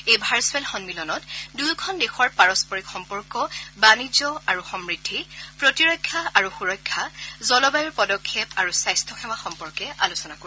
এই ভাৰ্ছুৱেল সন্মিলনত দুয়োখন দেশৰ পাৰস্পৰিক সম্পৰ্ক বাণিজ্য আৰু সমূদ্ধি প্ৰতিৰক্ষা আৰু সূৰক্ষা জলবায়ুৰ পদক্ষেপ আৰু স্বাস্থ্যসেৱা সম্পৰ্কে আলোচনা কৰিব